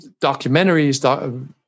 documentaries